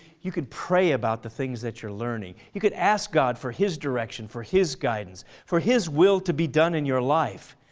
you can pray about the things that you're learning, you could ask god for his direction, for his guidance, for his will to be done in your life.